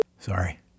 sorry